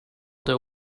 their